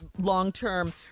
long-term